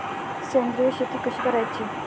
सेंद्रिय शेती कशी करायची?